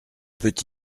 peut